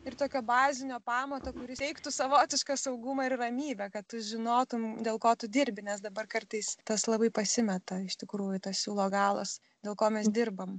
ir tokio bazinio pamato kuris teiktų savotišką saugumą ir ramybę kad tu žinotum dėl ko tu dirbi nes dabar kartais tas labai pasimeta iš tikrųjų tas siūlo galas dėl ko mes dirbam